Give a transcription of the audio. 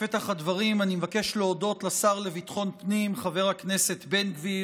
בפתח הדברים אני מבקש להודות לשר לביטחון פנים חבר הכנסת בן גביר